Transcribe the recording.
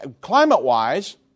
climate-wise